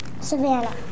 Savannah